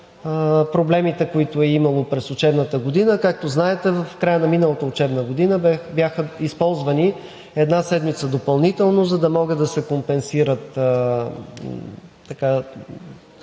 проблемите, които е имало през учебната година. Както знаете, в края на миналата учебна година беше използвана една седмица допълнително, за да могат да се компенсират